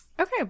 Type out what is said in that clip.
Okay